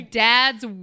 dad's